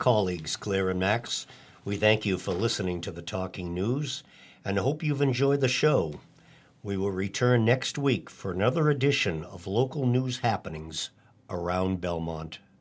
colleagues claire and max we thank you for listening to the talking news and i hope you've enjoyed the show we will return next week for another edition of local news happenings around belmont